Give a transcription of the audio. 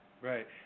right